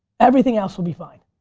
everything else will be fine.